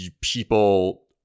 people